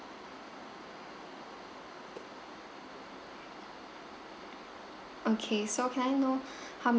okay so can I know how m~